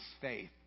faith